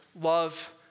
love